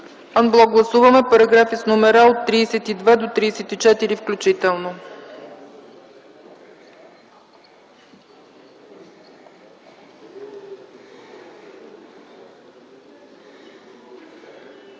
Ан блок гласуваме параграфи с номера от 32 до 34 включително.